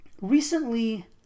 recently